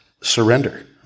surrender